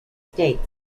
states